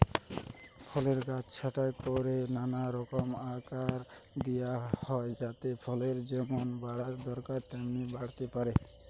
ফলের গাছ ছাঁটাই কোরে নানা রকম আকার দিয়া হয় যাতে ফলের যেমন বাড়া দরকার তেমন বাড়তে পারে